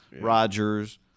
Rodgers